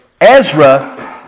Ezra